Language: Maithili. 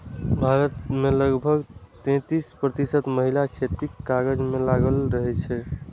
भारत मे लगभग तैंतीस प्रतिशत महिला खेतीक काज मे लागल छै